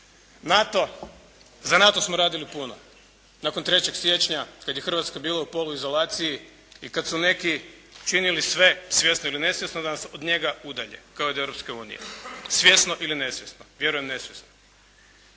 Za NATO smo radili puno, nakon 3. siječnja kad je Hrvatska bila u poluizolaciji i kad su neki činili sve svjesno ili nesvjesno da nas od njega udalje, kao i od Europske unije. Svjesno ili nesvjesno. Vjerujem nesvjesno.